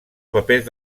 papers